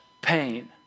pain